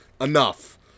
Enough